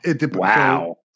Wow